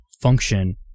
function